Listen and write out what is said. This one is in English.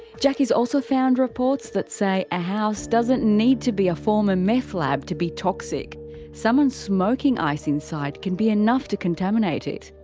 jacki's also found reports that say a house doesn't need to be a former meth lab to be toxic someone smoking ice inside can be enough to contaminate it.